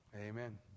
amen